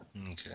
Okay